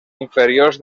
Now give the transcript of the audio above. inferiors